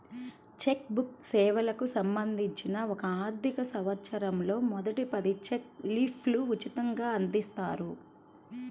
check book సేవలకు సంబంధించి ఒక ఆర్థికసంవత్సరంలో మొదటి పది చెక్ లీఫ్లు ఉచితంగ అందిస్తారు